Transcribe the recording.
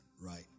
right